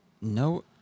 No